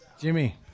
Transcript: Jimmy